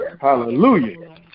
Hallelujah